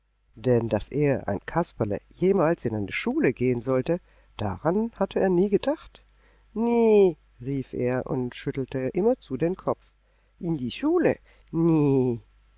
denn daß er ein kasperle jemals in eine schule gehen sollte daran hatte er nie gedacht nä rief er und schüttelte immerzu den kopf in die schule nä